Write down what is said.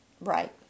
Right